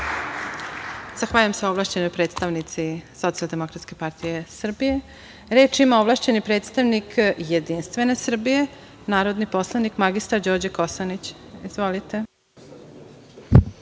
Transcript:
Zahvaljujem se ovlašćenoj predstavnici Socijaldemokratske partije Srbije. Reč ima ovlašćeni predstavnik Jedinstvene Srbije narodni poslanik mr Đorđe Kosanić. Izvolite.